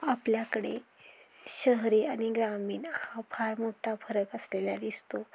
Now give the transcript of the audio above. आपल्याकडे शहरी आणि ग्रामीण हा फार मोठा फरक असलेला दिसतो